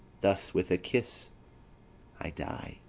thus with a kiss i die.